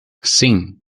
sim